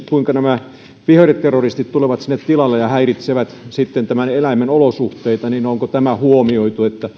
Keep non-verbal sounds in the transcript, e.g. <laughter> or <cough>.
<unintelligible> kuinka nämä viherterroristit tulevat sinne tilalle ja häiritsevät sitten tämän eläimen olosuhteita onko tämä huomioitu esimerkiksi niin että